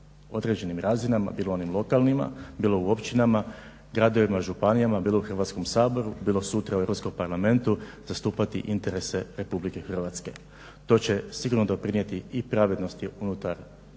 određenim razinama bilo onim lokalnima bilo u općinama, gradovima, županijama, bilo u Hrvatskom saboru, bilo sutra o EU parlamentu zastupati interese RH. to će sigurno doprinijeti i pravednosti unutar društva